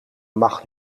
mag